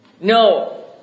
No